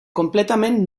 completament